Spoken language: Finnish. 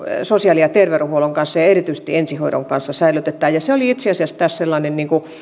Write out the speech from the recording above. sosiaali ja terveydenhuollon kanssa ja erityisesti ensihoidon kanssa säilytetään se oli itse asiassa tässä sellainen